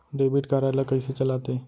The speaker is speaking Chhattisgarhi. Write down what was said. डेबिट कारड ला कइसे चलाते?